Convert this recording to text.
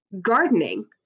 gardening